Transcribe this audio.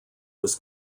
was